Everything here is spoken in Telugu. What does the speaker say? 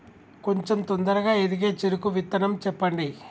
కొంచం తొందరగా ఎదిగే చెరుకు విత్తనం చెప్పండి?